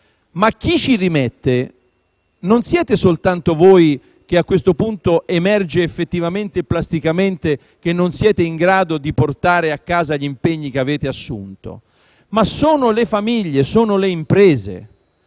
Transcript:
Ma chi ci rimette non siete soltanto voi che - a questo punto emerge effettivamente e plasticamente - non siete in grado di portare a casa gli impegni che avete assunto, ma sono le famiglie e le imprese.